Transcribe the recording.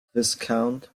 viscount